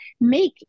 make